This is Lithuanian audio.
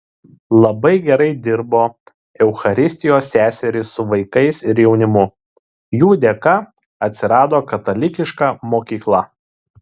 labai gerai dirbo eucharistijos seserys su vaikais ir jaunimu jų dėka atsirado katalikiška mokykla